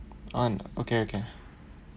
um okay okay